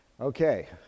Okay